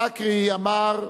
זכי אמר: